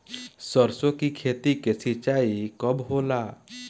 सरसों की खेती के सिंचाई कब होला?